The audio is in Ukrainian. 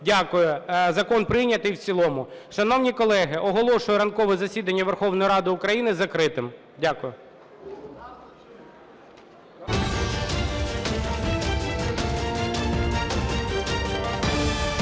Дякую. Закон прийнятий в цілому. Шановні колеги, оголошую ранкове засідання Верховної Ради України закритим. Дякую.